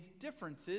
differences